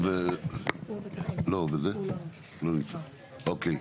אוקיי.